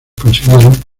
consiguieron